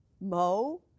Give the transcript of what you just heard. Mo